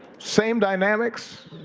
same dynamics.